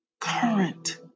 current